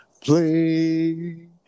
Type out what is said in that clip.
play